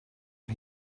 mae